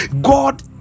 god